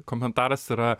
komentaras yra